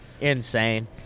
insane